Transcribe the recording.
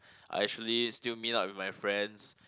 I actually still meet up with my friends